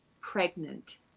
pregnant